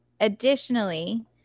Additionally